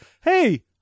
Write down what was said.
hey